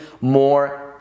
more